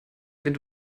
wenn